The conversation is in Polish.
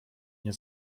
nie